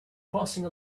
crossing